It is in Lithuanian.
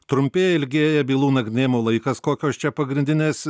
trumpėja ilgėja bylų nagrinėjimo laikas kokios čia pagrindinės